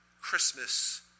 Christmas